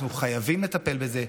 אנחנו חייבים לטפל בזה,